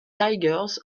tigers